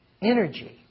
Energy